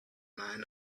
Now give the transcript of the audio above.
man